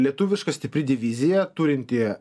lietuviška stipri divizija turinti